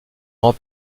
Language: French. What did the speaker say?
grand